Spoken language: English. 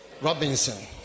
Robinson